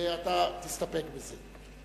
ואתה תסתפק בזה.